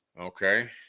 Okay